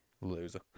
loser